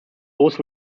both